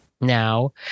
Now